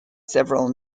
several